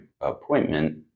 appointment